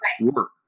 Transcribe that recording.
work